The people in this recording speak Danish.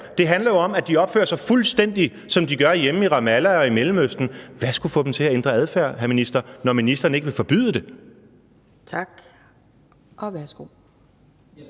Det handler jo om, at de opfører sig, fuldstændig som de gør hjemme i Ramallah og i Mellemøsten. Hvad skulle få dem til at ændre adfærd, hr. minister, når ministeren ikke vil forbyde det? Kl.